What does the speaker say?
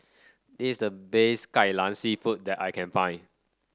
this the best Kai Lan seafood that I can find